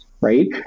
right